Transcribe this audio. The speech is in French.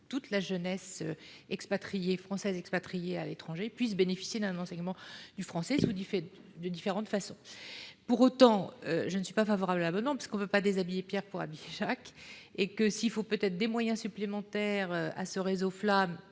toute la jeunesse française expatriée puisse bénéficier d'un enseignement du français, de différentes façons. Pour autant, je ne suis pas favorable à cet amendement, parce qu'on ne peut déshabiller Pierre pour habiller Jacques. S'il faut octroyer des moyens supplémentaires au réseau FLAM,